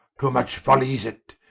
too much folly is it,